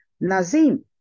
Nazim